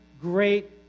great